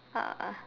uh